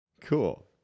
Cool